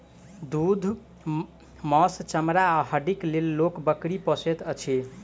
दूध, मौस, चमड़ा आ हड्डीक लेल लोक बकरी पोसैत अछि